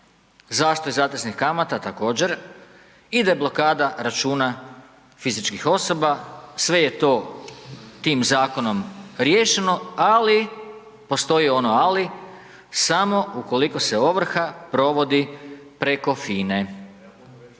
zaštita zateznih kamata također, i deblokada računa fizičkih osoba. Sve je to tim zakonom riješeno, ali postoji ono ali, samo ukoliko se ovrha provodi preko FINA-e.